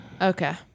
Okay